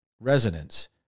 resonance